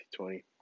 20